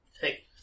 take